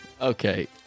Okay